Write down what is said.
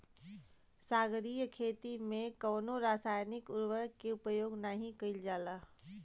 सागरीय खेती में कवनो रासायनिक उर्वरक के उपयोग नाही कईल जाला